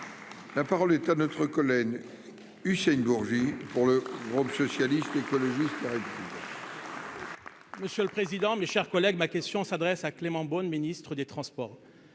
La parole est à notre collègue Hussein Bourgi pour le groupe socialiste, écologiste. Monsieur le président, mes chers collègues, ma question s'adresse à Clément Beaune Ministre des transports,